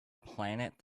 planet